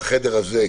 בחדר הזה,